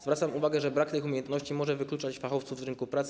Zwracam uwagę, że brak tych umiejętności może wykluczać fachowców z rynku pracy.